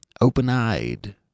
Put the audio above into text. open-eyed